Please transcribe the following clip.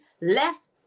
left